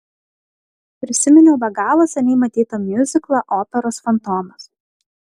prisiminiau be galo seniai matytą miuziklą operos fantomas